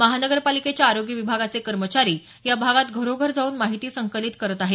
महानगरपालिकेच्या आरोग्य विभागाचे कर्मचारी या भागात घरोघर जाऊन माहिती संकलित करत आहेत